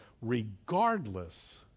regardless